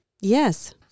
Yes